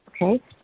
okay